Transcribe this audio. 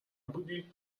بودی